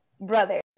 brother